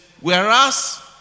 whereas